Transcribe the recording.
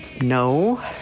no